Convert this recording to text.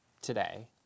today